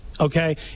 Okay